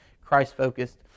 Christ-focused